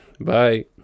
Bye